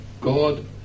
God